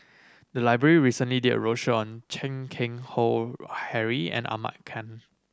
the library recently did a roadshow on Chan Keng Howe Harry and Ahmad Khan